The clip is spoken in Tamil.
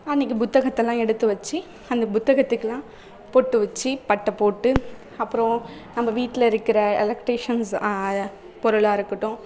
அன்னைக்கு புத்தகத்தைல்லாம் எடுத்து வச்சு அந்த புத்தகத்துக்கு எல்லாம் பொட்டு வச்சு பட்டை போட்டு அப்புறோம் நம்ப வீட்டில் இருக்கிற எலக்ட்ரீஷன்ஸ் பொருளாக இருக்கட்டும்